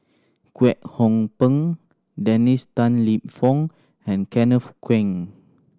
Kwek Hong Png Dennis Tan Lip Fong and Kenneth Keng